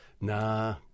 Nah